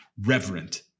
Reverent